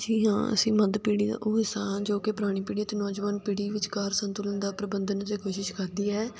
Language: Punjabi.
ਜੀ ਹਾਂ ਅਸੀਂ ਮੱਧ ਪੀੜ੍ਹੀ ਦਾ ਉਹ ਹਿੱਸਾ ਹਾਂ ਜੋ ਕਿ ਪੁਰਾਣੀ ਪੀੜ੍ਹੀ ਅਤੇ ਨੌਜਵਾਨ ਪੀੜ੍ਹੀ ਵਿਚਕਾਰ ਸੰਤੁਲਨ ਦਾ ਪ੍ਰਬੰਧਨ ਜੇ ਕੋਸ਼ਿਸ਼ ਕਰਦੀ ਹੈ